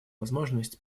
возможность